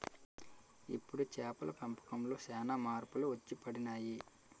ఇప్పుడు చేపల పెంపకంలో సాన మార్పులు వచ్చిపడినాయి